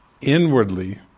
inwardly